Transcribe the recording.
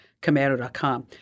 commando.com